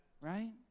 right